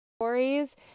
stories